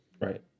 Right